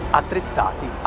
attrezzati